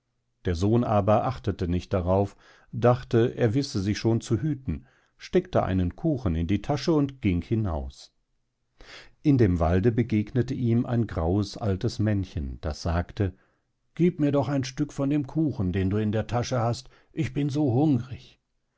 der sohn aber achtete nicht darauf dachte er wisse sich schon zu hüten steckte einen kuchen in die tasche und ging hinaus in dem walde begegnete ihm ein graues altes männchen das sagte gieb mir doch ein stück von dem kuchen den du in der tasche hast ich bin so hungrig